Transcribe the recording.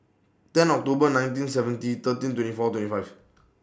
ten October nineteen seventy thirteen twenty four twenty five